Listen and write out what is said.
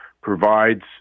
provides